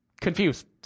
confused